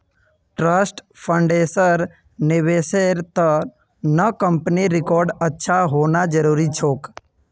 trust फंड्सेर निवेशेर त न कंपनीर रिकॉर्ड अच्छा होना जरूरी छोक